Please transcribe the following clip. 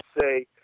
say